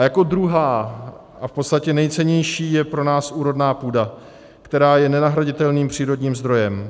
Jako druhá a v podstatě nejcennější je pro nás úrodná půda, která je nenahraditelným přírodním zdrojem.